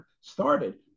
started